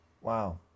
Wow